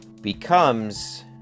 becomes